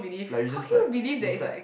like you just like inside